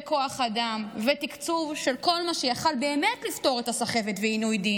כוח אדם ותקצוב של כל מה שיכול היה באמת לפתור את הסחבת ועינוי הדין.